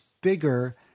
bigger